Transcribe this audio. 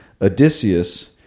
Odysseus